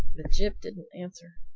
jip didn't answer.